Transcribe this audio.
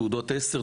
תעודות 10,